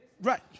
Right